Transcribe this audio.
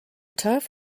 turf